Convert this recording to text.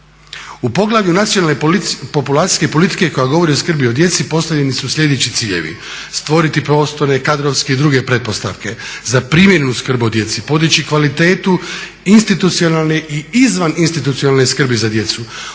U poglavlju nacionalne populacijske politike koja govori o skrbi o djeci postavljeni su sljedeći ciljevi. Stvoriti prostore, kadrovske i druge pretpostavke. Za primjenu skrb o djeci podići kvalitetu institucionalne i izvaninstitucionalne skrbi za djecu,